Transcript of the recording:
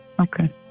Okay